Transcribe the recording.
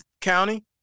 county